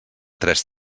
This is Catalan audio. tres